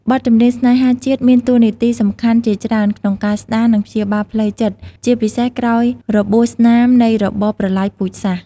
បទចម្រៀងស្នេហាជាតិមានតួនាទីសំខាន់ជាច្រើនក្នុងការស្ដារ និងព្យាបាលផ្លូវចិត្ត ជាពិសេសក្រោយរបួសស្នាមនៃរបបប្រល័យពូជសាសន៍។